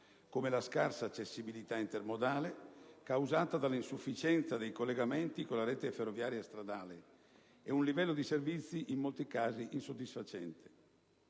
come la scarsa accessibilità intermodale, causata dall'insufficienza dei collegamenti con la rete ferroviaria e stradale, e un livello di servizi in molti casi insoddisfacente.